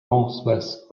northwest